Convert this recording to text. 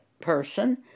person